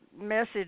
message